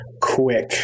Quick